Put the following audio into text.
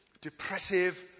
depressive